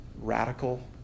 radical